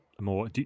more